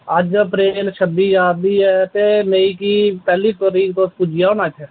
अज्ज अप्रैल छब्बी जा दी ऐ ते मेई गी पैह्ली तरीक तुस पुज्जी आओ ना इत्थैं